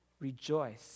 Rejoice